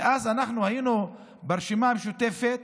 וברשימה המשותפת